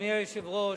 אדוני היושב-ראש,